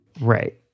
Right